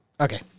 Okay